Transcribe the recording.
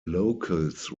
locals